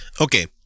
okay